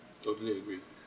totally agree